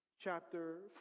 chapter